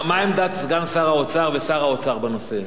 מה עמדת סגן שר האוצר ושר האוצר בנושא?